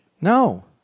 No